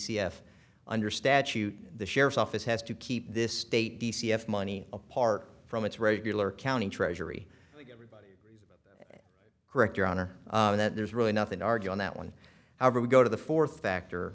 c s under statute the sheriff's office has to keep this state d c s money apart from its regular county treasury correct your honor that there's really nothing to argue on that one however we go to the fourth factor